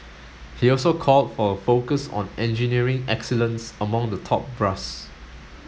he also called for a focus on engineering excellence among the top brass